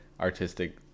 artistic